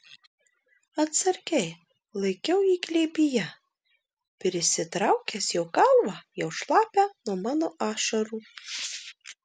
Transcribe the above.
atsargiai laikiau jį glėbyje prisitraukęs jo galvą jau šlapią nuo mano ašarų